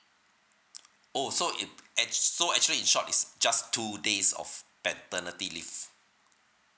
oh so it act~ so actually in short it's just two days of paternity leave